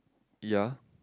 ya